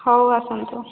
ହଉ ଆସନ୍ତୁ